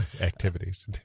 Activities